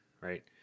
right